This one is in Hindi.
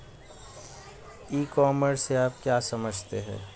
ई कॉमर्स से आप क्या समझते हैं?